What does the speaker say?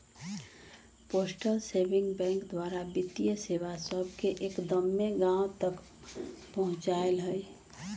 postal saving bank द्वारा वित्तीय सेवा सभके एक्दम्मे गाँव तक पहुंचायल हइ